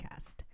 podcast